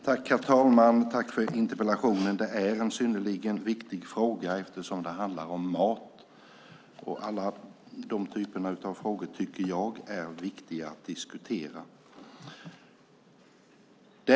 Herr talman! Tack för interpellationen. Det är en synnerligen viktig fråga eftersom den handlar om mat. Alla sådana frågor tycker jag är viktiga att diskutera.